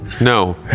No